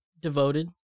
devoted